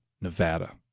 Nevada